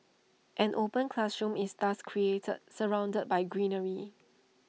an open classroom is thus created surrounded by greenery